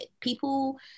people